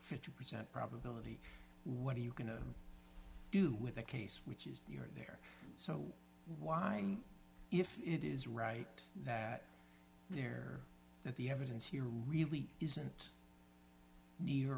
fifty percent probability what are you going to do with that case which is your there so why if it is right that there might be evidence here really isn't near